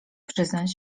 przyznać